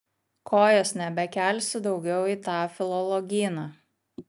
kojos nebekelsiu daugiau į tą filologyną